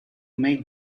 make